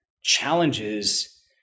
challenges